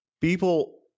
people